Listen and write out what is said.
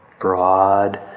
broad